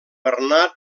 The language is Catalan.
bernat